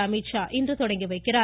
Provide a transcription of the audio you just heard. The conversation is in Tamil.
அமித்ஷா இன்று தொடங்கி வைக்கிறார்